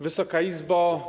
Wysoka Izbo!